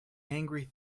angry